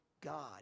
God